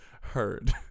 Heard